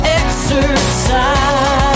exercise